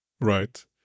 right